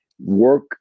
work